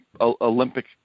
Olympic